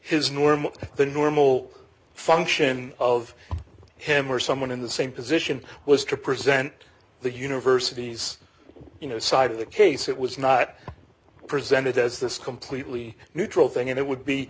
his normal the normal function of him or someone in the same position was to present the university's you know side of the case it was not presented as this completely neutral thing and it would be